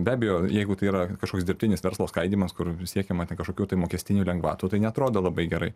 be abejo jeigu tai yra kažkoks dirbtinis verslo skaidymas kur siekiama ten kažkokių tai mokestinių lengvatų tai neatrodo labai gerai